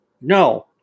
No